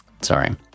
sorry